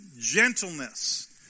gentleness